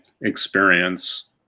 experience